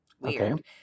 Weird